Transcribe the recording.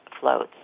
floats